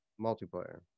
multiplayer